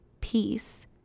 peace